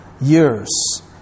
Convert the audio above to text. years